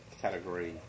category